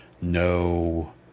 no